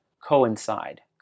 coincide